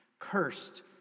Cursed